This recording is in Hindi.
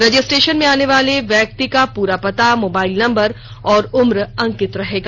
रजिस्ट्रेषन में आने वाले व्यक्ति का पूरा पता मोबाइल नंबर और उम्र अंकित रहेगा